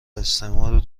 استثمار